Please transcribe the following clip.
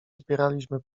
zbieraliśmy